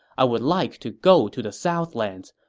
i would like to go to the southlands,